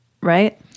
right